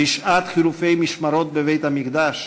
בשעת חילופי משמרות בבית-המקדש